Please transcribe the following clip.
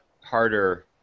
harder